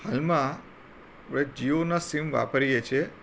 હાલમાં આપણે જીઓનાં સીમ વાપરીએ છે